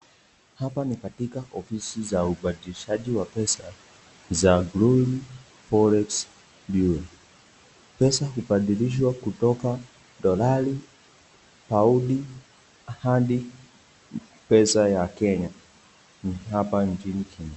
Hapa ni katika ofisi za ubadilishaji wa pesa za Glory Forex Bureau , pesa hubadilishwa kutoka dolari, audi hadi pesa ya Kenya hapa Nchini Kenya.